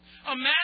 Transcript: Imagine